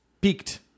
peaked